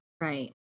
Right